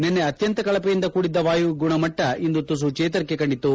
ನಿನ್ನೆ ಅತ್ಯಂತ ಕಳಪೆಯಿಂದ ಕೂಡಿದ್ದ ವಾಯುಗುಣಮಟ್ಟ ಇಂದು ತುಸು ಚೇತರಿಕೆ ಕಂಡಿತು